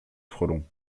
frelon